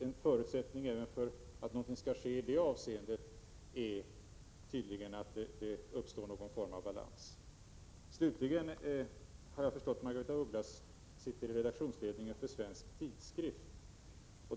En förutsättning för att det skall ske någonting i detta avseende är tydligen att det uppstår någon form av balans. Slutligen har jag förstått att Margaretha af Ugglas sitter i redaktionsledningen för Svensk Tidskrift.